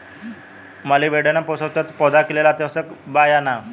Molybdenum पोषक तत्व पौधा के लेल अतिआवश्यक बा या न?